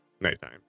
nighttime